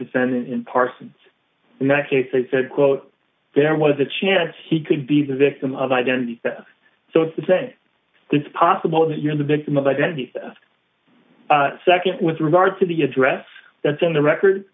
defendant in parsons in that case they said quote there was a chance he could be the victim of identity theft so it's the same it's possible that you're the victim of identity theft second with regard to the address that's in the record